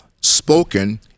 spoken